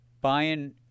buying